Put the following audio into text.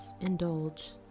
indulge